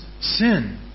sin